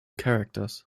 characters